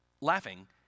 laughing